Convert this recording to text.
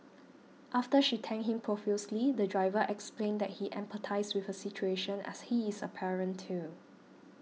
after she thanked him profusely the driver explained that he empathised with her situation as he is a parent too